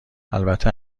البته